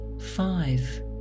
Five